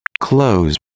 Close